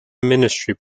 ministry